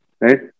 right